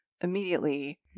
immediately